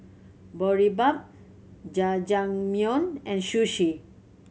Boribap Jajangmyeon and Sushi